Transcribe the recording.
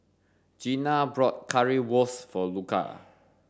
Jeana bought Currywurst for Luca